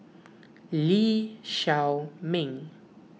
Lee Shao Meng